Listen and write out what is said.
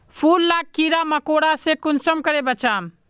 फूल लाक कीड़ा मकोड़ा से कुंसम करे बचाम?